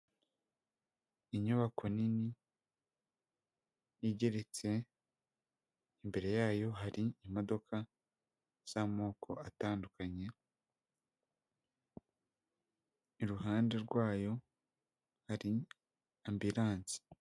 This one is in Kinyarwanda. Inyubako nini igeretse imbere yayo hari imodoka z'amoko atandukanye iruhande rwayo ari ambilanse.